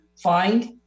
find